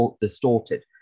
distorted